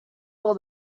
all